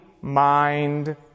mind